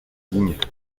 ligne